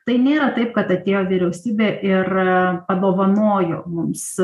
tai nėra taip kad atėjo vyriausybė ir padovanojo mums